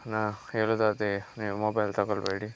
ನಾ ಹೇಳೋದಾದ್ರೆ ನೀವು ಮೊಬೈಲ್ ತಗೊಳ್ಳಬೇಡಿ